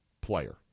player